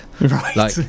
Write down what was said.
Right